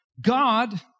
God